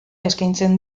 eskaintzen